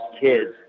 kids